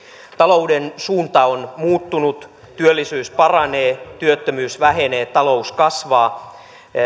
talouden suunta on muuttunut työllisyys paranee työttömyys vähenee talous kasvaa